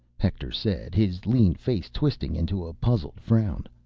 hector said, his lean face twisting into a puzzled frown.